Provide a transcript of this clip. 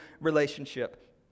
relationship